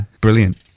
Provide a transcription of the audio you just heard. brilliant